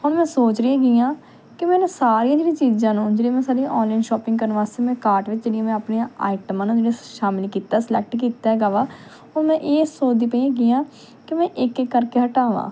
ਹੁਣ ਮੈ ਸੋਚ ਰਹੀ ਹੈਗੀ ਹਾਂ ਕਿ ਮੈਂ ਨਾ ਸਾਰੀਆਂ ਜਿਹੜੀਆਂ ਚੀਜਾਂ ਨੂੰ ਜਿਹੜੇ ਮੈਂ ਸਾਰੀਆਂ ਓਨਲਾਈਨ ਸ਼ੌਪਿੰਗ ਕਰਨ ਵਾਸਤੇ ਮੈਂ ਕਾਰਟ ਵਿੱਚ ਜਿਹੜੀਆਂ ਮੈਂ ਆਪਣੀਆਂ ਆਈਟਮ ਨਾ ਜਿਹੜੀਆਂ ਸ਼ਾਮਿਲ ਕੀਤਾ ਸਲੈਕੇਟ ਕੀਤਾ ਹੈਗਾ ਵਾ ਉਹ ਮੈਂ ਇਹ ਸੋਚਦੀ ਪਈ ਹੈਗੀ ਹਾਂ ਕਿ ਮੈਂ ਇੱਕ ਇੱਕ ਕਰਕੇ ਹਟਾਵਾਂ